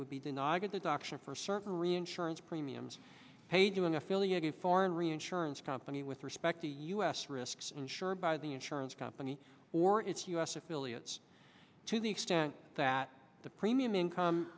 would be denying adoption for certain reinsurance premiums paid to an affiliated foreign reinsurance company with respect to us risks insured by the insurance company or its u s affiliates to the extent that the premium income